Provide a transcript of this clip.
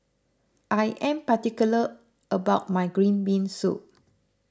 I am particular about my Green Bean Soup